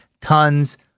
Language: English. tons